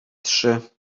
trzy